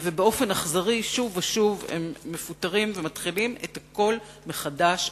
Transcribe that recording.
ובאופן אכזרי שוב ושוב הם מפוטרים ומתחילים את הכול מחדש,